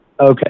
Okay